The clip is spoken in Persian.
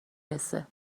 رسه